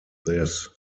this